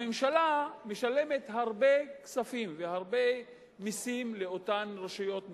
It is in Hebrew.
הממשלה משלמת הרבה כספים והרבה מסים לאותן רשויות מקומיות,